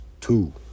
two